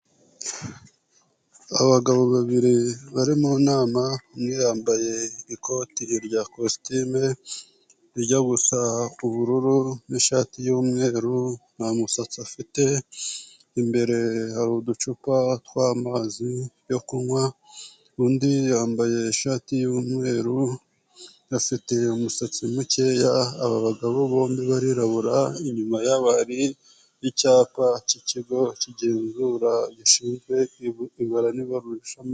Abagabo babiri bari mu nama, umwe yambaye ikoti rya kositimu rijya gusa ubururu n'ishati y'umweru, nta musatsi afite, imbere hari uducupa tw'amazi yo kunywa, undi yambaye ishati y'umweru, afite umusatsi mukeya, aba bagabo bombi barirabura, inyuma yabo hari icyapa cy'ikigo kigenzura gishinzwe ibara n'ibarurishamibare.